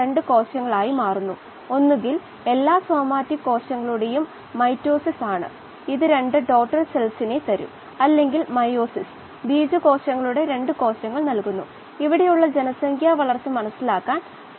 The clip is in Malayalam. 15 degree c വരെ താങ്ങാൻ പറ്റുന്ന ഈ ജീവികളെ സൈക്റോ ഫീലിക് എന്നും 30 degree c വരെ താങ്ങാൻ പറ്റുന്ന ജീവികളെ മീസോഫീലിക് എന്നും 60 degree c വരെ താങ്ങാൻ പറ്റുന്ന ജീവികളെതെർമോഫീലിക് എന്നും വേർതിരിക്കാം